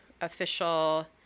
official